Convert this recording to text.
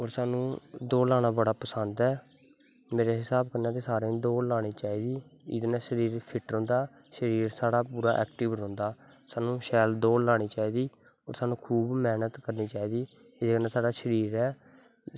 और साह्नू दौड़ लाना बड़ा पसंद ऐ मेरे हिसाब कन्नै ते सारें गी दौड़ लानी चाही दी एह्दै नै शरीर फिट्ट रौंह्दा शरीर साढ़ा पूरा ऐक्टिव रौंह्दा साह्नू शैल दौड़लानीं चाही दी और साह्नू खूव मैह्नत करनीं चाही दी एह्दै नै साढ़ा शरीर ऐ